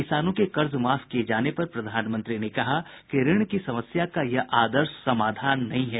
किसानों के कर्ज माफ किए जाने पर प्रधानमंत्री ने कहा कि ऋण की समस्या का यह आदर्श समाधान नहीं है